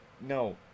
no